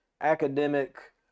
academic